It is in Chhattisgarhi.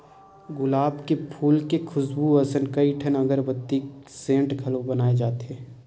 गुलाब के फूल के खुसबू असन कइठन अगरबत्ती, सेंट घलो बनाए जाथे